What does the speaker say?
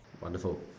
Wonderful